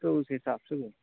تو اس حساب سے ہے